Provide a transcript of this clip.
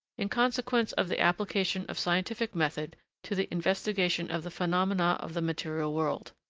in consequence of the application of scientific method to the investigation of the phenomena of the material world.